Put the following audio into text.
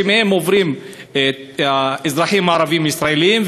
שבהם עוברים אזרחים ערבים ישראלים,